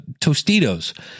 Tostitos